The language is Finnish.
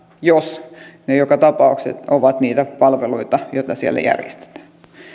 jos ne joka tapauksessa ovat niitä palveluita joita siellä järjestetään